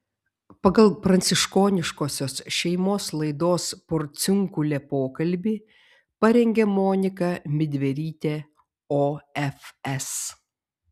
pagal pranciškoniškosios šeimos laidos porciunkulė pokalbį parengė monika midverytė ofs